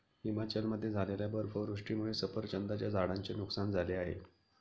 हिमाचलमध्ये झालेल्या बर्फवृष्टीमुळे सफरचंदाच्या झाडांचे नुकसान झाले आहे